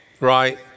right